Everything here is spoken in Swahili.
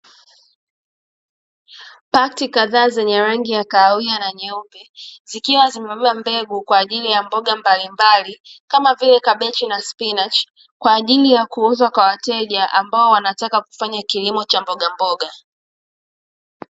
Pakiti kadhaa zenye rangi ya kahawia na nyeupe, zikiwa zimebeba mbegu kwa ajili ya mboga mbalimbali kama vile kabichi na spinachi; kwa ajili ya kuuzwa kwa wateja ambao wanataka kufanya kilimo cha mbogamboga.